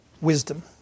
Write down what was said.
Wisdom